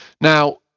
Now